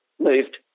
moved